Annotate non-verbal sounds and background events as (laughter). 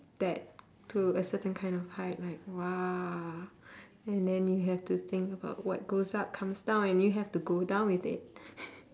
that to a certain kind of height like !wah! and then you have to think about what goes up comes down and you have to go down with it (laughs)